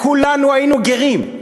וכולנו היינו גרים.